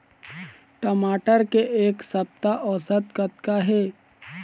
टमाटर के एक सप्ता औसत कतका हे?